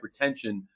hypertension